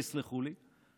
תסלחו לי,